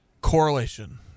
correlation